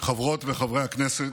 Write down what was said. חברות וחברי הכנסת,